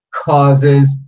causes